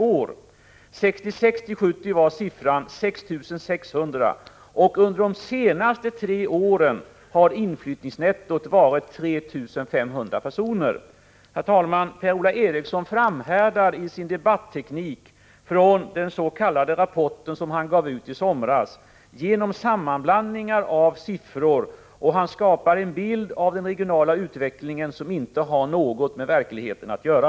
Åren 1966-1970 var siffran 6 600 per år, och under de senaste tre åren har inflyttningen netto varit 3 500 personer. Herr talman! Per-Ola Eriksson framhärdar i sin debatteknik från den s.k. rapport han gav ut i somras och gör sig skyldig till en sammanblandning av siffrorna. Han skapar en bild av den regionala utvecklingen, som inte har något med verkligheten att göra.